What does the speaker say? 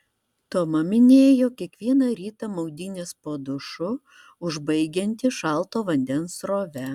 toma minėjo kiekvieną rytą maudynes po dušu užbaigianti šalto vandens srove